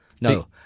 No